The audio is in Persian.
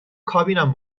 کابینم